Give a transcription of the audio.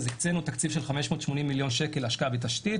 אז הקצינו תקציב של 580 מיליון שקל להשקעה בתשתית